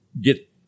get